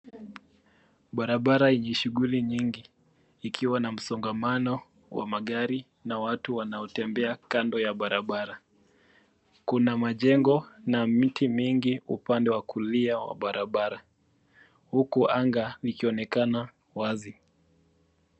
Barabara yenye shughuli nyingi. Ikiwa na msongamano wa magari na watu wanaotembea kando ya barabara. Kuna majengo na miti mingi upande wa kulia wa barabara huku anga ikionekana wazi.